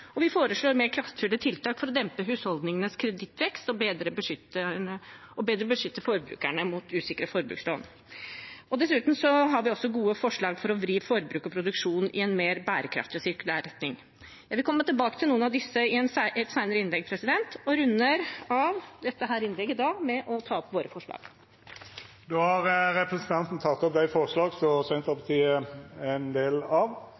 Vi foreslår også mer kraftfulle tiltak for å dempe husholdningenes kredittvekst og bedre beskytte forbrukerne mot usikre forbrukslån. Dessuten har vi også gode forslag for å vri forbruk og produksjon i en mer bærekraftig og sirkulær retning. Jeg vil komme tilbake til noen av disse i et senere innlegg og runder av dette innlegget med å ta opp forslagene Senterpartiet er med på. Representanten Åslaug Sem-Jacobsen har teke opp dei forslaga ho refererte til. Takk til saksordføreren for en